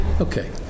Okay